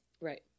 Right